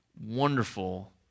wonderful